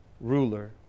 ruler